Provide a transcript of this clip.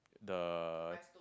the